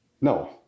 no